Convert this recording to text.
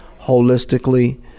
holistically